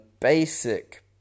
basic